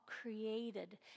created